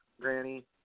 Granny